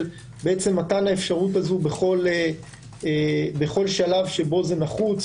מתן האפשרות הזו בכל שלב שבו זה נחוץ,